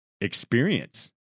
experience